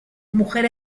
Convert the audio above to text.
mujer